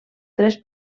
tres